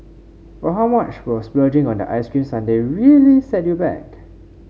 for how much will splurging on that ice cream sundae really set you back